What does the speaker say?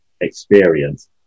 experience